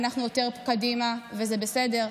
אנחנו יותר קדימה וזה בסדר,